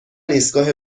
ایستگاه